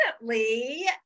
recently